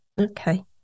Okay